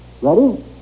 Ready